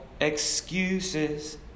Excuses